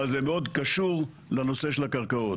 אבל זה מאוד קשור לנושא של הקרקעות.